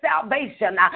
salvation